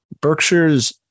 Berkshire's